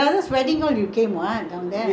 பெரிய அண்ண:periya anna wedding was six I was six